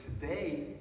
today